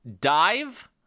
Dive